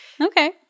okay